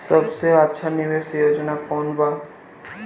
सबसे अच्छा निवेस योजना कोवन बा?